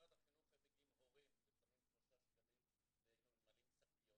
במשרד החינוך --- ושמים שלושה שקלים והיינו ממלאים שקיות,